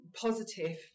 positive